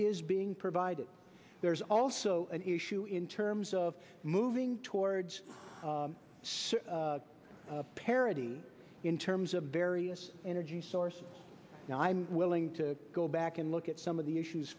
is being provided there's also an issue in terms of moving towards some parity in terms of various energy sources now i'm willing to go back and look at some of the issues